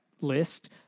list